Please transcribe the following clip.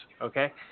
okay